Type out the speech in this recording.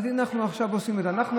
אז הינה, אנחנו עושים את זה עכשיו.